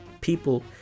people